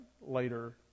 later